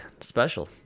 special